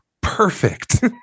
Perfect